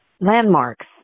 landmarks